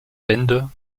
wende